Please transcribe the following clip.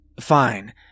Fine